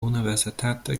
universitata